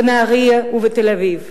בנהרייה ובתל-אביב.